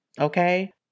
Okay